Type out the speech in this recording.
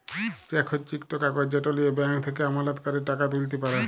cheque হছে ইকট কাগজ যেট লিঁয়ে ব্যাংক থ্যাকে আমলাতকারী টাকা তুইলতে পারে